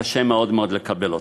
קשה מאוד לקבל אותה.